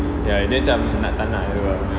ya dia macam nak tak nak gitu ah